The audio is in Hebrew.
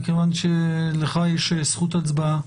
מכיוון שלך יש זכות הצבעה,